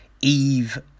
Eve